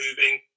moving